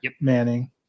Manning